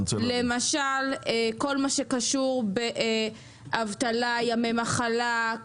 למשל כל מה שקשור באבטלה, ימי מחלה,